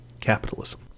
capitalism